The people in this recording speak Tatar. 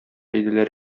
иделәр